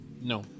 No